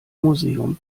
museum